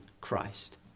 Christ